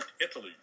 Italy